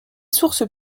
sources